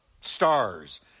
stars